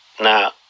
Now